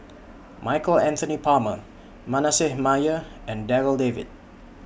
Michael Anthony Palmer Manasseh Meyer and Darryl David